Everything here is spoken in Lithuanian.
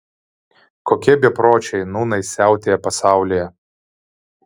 kokie bepročiai nūnai siautėja pasaulyje